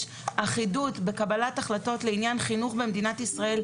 אחידות בקבלת החלטות לעניין חינוך במדינת ישראל,